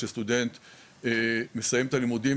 שסטודנט מסיים את הלימודים,